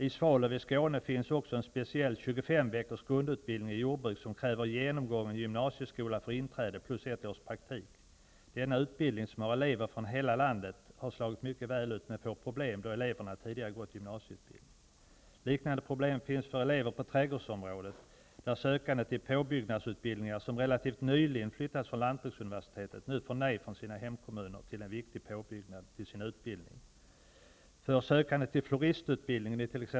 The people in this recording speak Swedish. I Svalöv i Skåne finns också en speciell 25 veckors grundutbildning i jordbruk som kräver genomgången gymnasieskola för inträde plus ett års praktik. Denna utbildning som har elever från hela landet har slagit mycket väl ut, men får problem då elever tidigare gått gymnasieutbildning. Liknande problem finns för elever på trädgårdsområdet, där sökande till påbyggnadsutbildningar som relativt nyligen flyttat från lantbruksuniversitetet nu får nej från sina hemkommuner till en viktig påbyggnad till sin utbildning.